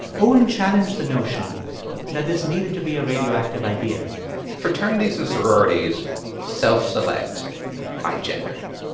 owen challenged the notion that this needed to be a radioactive idea fraternities and sororities self-select by gender.